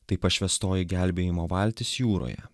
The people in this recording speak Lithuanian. tai pašvęstoji gelbėjimo valtis jūroje